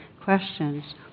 questions